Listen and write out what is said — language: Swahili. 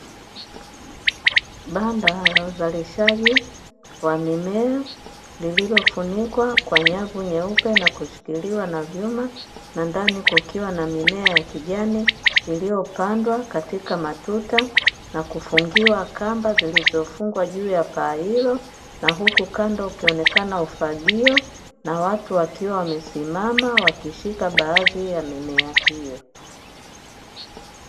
Banda ka uzalishaji wa mimea, lililofunikwa kwa nyavu nyeupe na kushikiliwa na vyuma, na ndani kukiwa na mimea ya kijani iliyopandwa katika matuta, na kufungiwa kamba zilizofungwa juu ya paa hilo, na huku kando ukionekana ufagio na watu wakiwa wamesimama wakishika baadhi ya mimea hiyo.